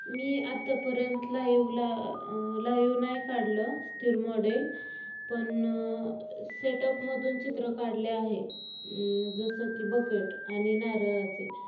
मी आत्तापर्यंत लाईवला लाईव नाही काढलं स्थिर मॉडेल पण सेटअपमधून चित्र काढले आहे जसं की बकेट आणि नारळाचे